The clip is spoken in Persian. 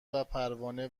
وپروانه